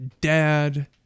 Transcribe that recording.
dad